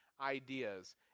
ideas